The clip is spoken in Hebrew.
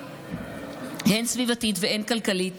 הן סביבתית והן כלכלית,